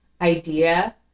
idea